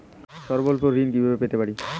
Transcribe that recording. স্বল্প ঋণ কিভাবে পেতে পারি?